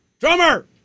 Drummer